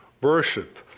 worship